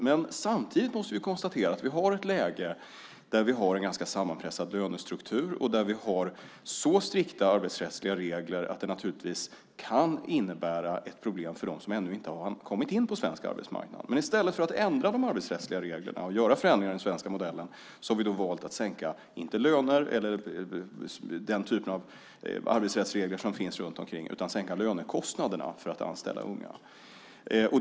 Men samtidigt måste vi konstatera att vi har ett läge där vi har en ganska sammanpressad lönestruktur och där vi har så strikta arbetsrättsliga regler att det kan innebära ett problem för dem som ännu inte har kommit in på svensk arbetsmarknad. I stället för att ändra på de arbetsrättsliga reglerna och införa förändringar i den svenska modellen har vi valt att sänka inte löner eller den typen av arbetsrättsregler utan att sänka lönekostnaderna för att anställa unga.